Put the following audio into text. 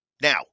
Now